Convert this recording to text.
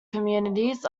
communities